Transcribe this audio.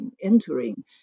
entering